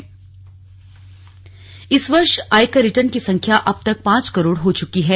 आयकर रिटर्न इस वर्ष आयकर रिटर्न की संख्या अब तक पांच करोड़ हो चुकी है